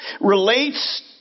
relates